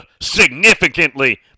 significantly